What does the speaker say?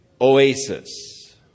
oasis